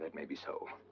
may be so.